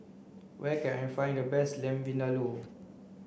where can I find the best Lamb Vindaloo